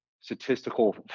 statistical